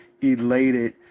elated